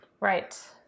right